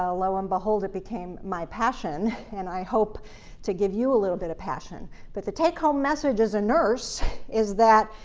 ah low and um behold, it became my passion and i hope to give you a little bit of passion. but the take-home message as a nurse is that,